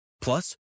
Plus